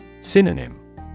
Synonym